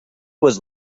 was